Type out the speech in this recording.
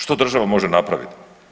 Što država može napraviti?